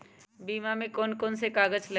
बीमा में कौन कौन से कागज लगी?